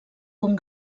com